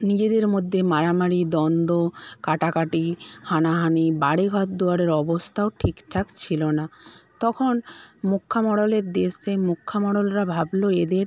নিজেদের মধ্যে মারামারি দ্বন্দ্ব কাটাকাটি হানাহানি বাড়ি ঘর দুয়ারের অবস্থাও ঠিকঠাক ছিল না তখন মুখ্য মোড়লের দেশে মুখ্য মোড়লরা ভাবল এদের